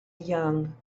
young